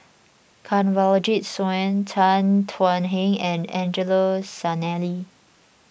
Kanwaljit Soin Tan Thuan Heng and Angelo Sanelli